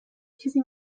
چیزی